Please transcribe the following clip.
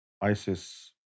ISIS